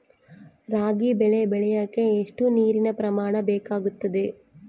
ರಾಗಿ ಬೆಳೆ ಬೆಳೆಯೋಕೆ ಎಷ್ಟು ನೇರಿನ ಪ್ರಮಾಣ ಬೇಕಾಗುತ್ತದೆ?